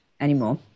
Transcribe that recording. anymore